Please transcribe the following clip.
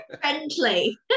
friendly